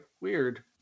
weird